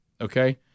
okay